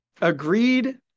agreed